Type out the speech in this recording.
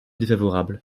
défavorable